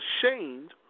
ashamed